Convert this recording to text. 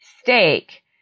steak